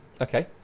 Okay